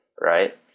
right